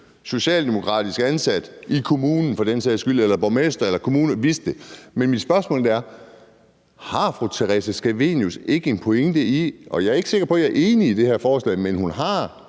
socialdemokratisk ansat i kommunen eller for den sags skyld borgmesteren eller kommunen vidste det. Men mit spørgsmål er: Har fru Theresa Scavenius ikke en pointe – og jeg er ikke sikker på, at jeg er enig i det her forslag – når